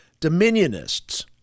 dominionists